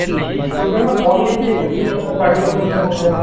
جی جی تو میم آپ بون لیس لے سکتی ہیں اس میں کانٹے ہی نہیں ہوں گے فنگس